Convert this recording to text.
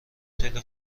خیلی